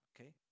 Okay